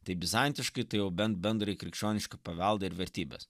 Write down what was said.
tai bizantiškai tai jau bent bendrai krikščionišką paveldą ir vertybes